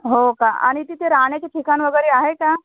हो का आणि तिथे राहण्याचे ठिकाण वगैरे आहे का